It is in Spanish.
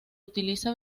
utiliza